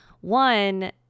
one